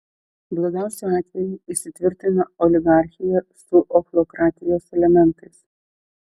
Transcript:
blogiausiu atveju įsitvirtina oligarchija su ochlokratijos elementais